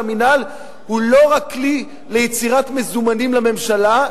שהמינהל הוא לא רק כלי ליצירת מזומנים לממשלה,